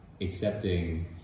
accepting